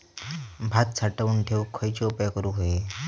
भात साठवून ठेवूक खयचे उपाय करूक व्हये?